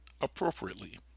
appropriately